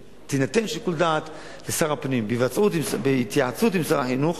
כשיינתן שיקול דעת לשר הפנים בהתייעצות עם שר החינוך,